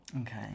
Okay